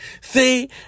see